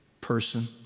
person